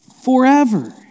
Forever